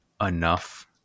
enough